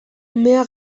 mea